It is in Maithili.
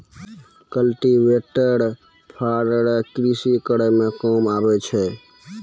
कल्टीवेटर फार रो कृषि करै मे काम आबै छै